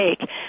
take